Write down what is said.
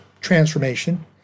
transformation